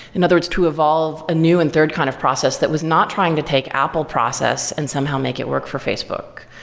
in other words, to evolve a new and third kind of process that was not trying to take apple process and somehow make it work for facebook,